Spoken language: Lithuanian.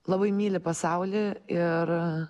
labai myli pasaulį ir